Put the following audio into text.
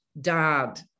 dad